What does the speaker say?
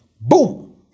boom